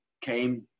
came –